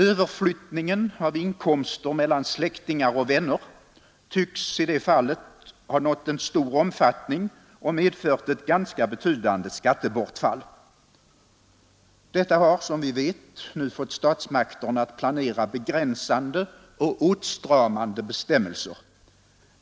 Överflyttningen av inkomster mellan släktingar och vänner tycks i det fallet ha nått en stor omfattning och medfört ett betydande skattebortfall. Detta har, som vi vet, nu fått statsmakterna att planera begränsande och åtstramande åtgärder.